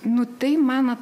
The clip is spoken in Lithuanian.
nu tai mano